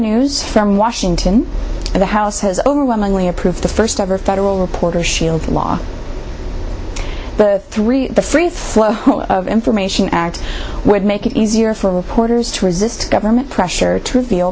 news from washington the house has overwhelmingly approved the first ever federal reporter shield law three the free flow of information act would make it easier for reporters to resist government pressure t